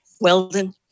Weldon